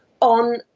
on